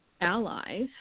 allies